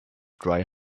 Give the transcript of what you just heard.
dry